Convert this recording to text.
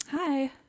Hi